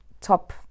top